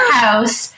house